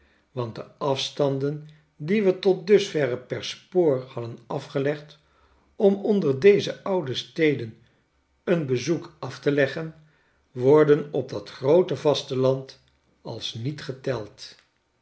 want de afstanden die we tot dusverre per spoor hadden afgelegd om onder deze oude steden een bezoek af te leggen worden op dat groote vasteland als niet geteld